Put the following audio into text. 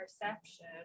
perception